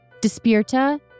Despierta